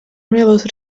nuevos